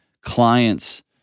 client's